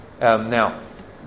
now